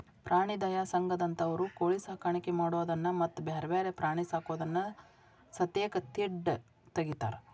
ಪ್ರಾಣಿ ದಯಾ ಸಂಘದಂತವರು ಕೋಳಿ ಸಾಕಾಣಿಕೆ ಮಾಡೋದನ್ನ ಮತ್ತ್ ಬ್ಯಾರೆ ಬ್ಯಾರೆ ಪ್ರಾಣಿ ಸಾಕೋದನ್ನ ಸತೇಕ ತಿಡ್ಡ ತಗಿತಾರ